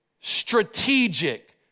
Strategic